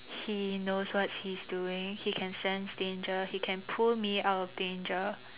he knows what he's doing he can sense danger he can pull me out of danger